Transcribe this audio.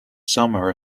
summer